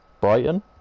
Brighton